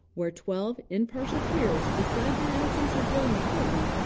where twelve impartial peers decide your innocence or guilt in the courtroom,